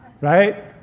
right